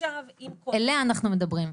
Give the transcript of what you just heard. יפה, אליה אנחנו מדברים.